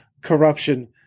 corruption